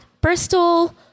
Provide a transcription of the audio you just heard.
Bristol